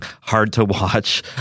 hard-to-watch